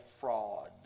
fraud